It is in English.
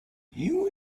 you